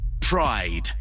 pride